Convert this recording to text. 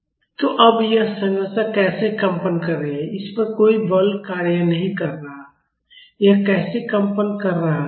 mẍ cẋ kx 0 तो अब यह संरचना कैसे कंपन कर रही है इस पर कोई बल कार्य नहीं कर रहा है यह कैसे कंपन कर रहा है